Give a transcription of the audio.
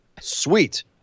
sweet